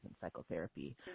psychotherapy